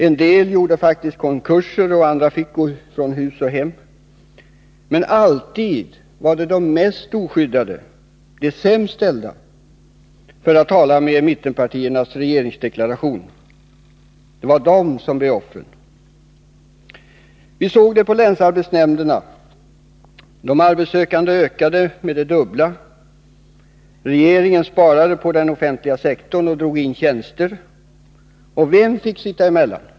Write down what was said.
En del gjorde faktiskt konkurser, och andra fick gå från hus och hem. Men alltid var det de mest oskyddade, de sämst ställda — för att använda uttrycket i mittenpartiernas regeringsdeklaration — som blev offren. Vi såg det på länsarbetsnämnderna: de arbetssökande ökade med det dubbla. Regeringen sparade inom den offentliga sektorn och drogin tjänster. Vilka fick sitta emellan?